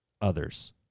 others